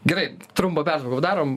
gerai trumpą pertrauką padarom